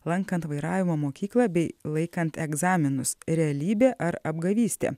lankant vairavimo mokyklą bei laikant egzaminus realybė ar apgavystė